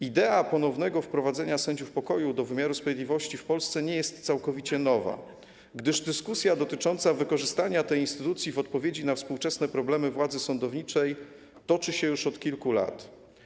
Idea ponownego wprowadzenia sędziów pokoju do wymiaru sprawiedliwości w Polsce nie jest całkowicie nowa, gdyż dyskusja dotycząca wykorzystania tej instytucji w odpowiedzi na współczesne problemy władzy sądowniczej toczy się już od kilku lat.